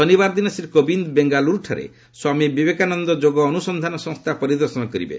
ଶନିବାର ଦିନ ଶ୍ରୀ କୋବିନ୍ଦ ବେଙ୍ଗାଲୁର୍ଠାରେ ସ୍ୱାମୀ ବିବେକାନନ୍ଦ ଯୋଗ ଅନୁସନ୍ଧାନ ସଂସ୍ଥା ପରିଦର୍ଶନ କରିବେ